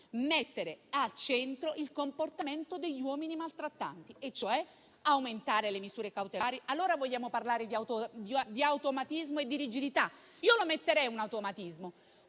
mettere al centro il comportamento degli uomini maltrattanti, aumentando le misure cautelari. Vogliamo parlare di automatismo e di rigidità? Io imporrei un automatismo: